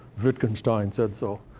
wittgenstein said so.